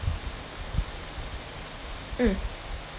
mm